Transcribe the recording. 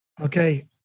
Okay